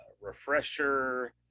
refresher